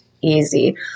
easy